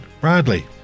Bradley